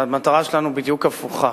והמטרה שלנו בדיוק הפוכה.